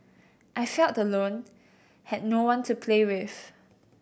I felt alone had no one to play with